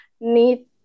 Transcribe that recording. need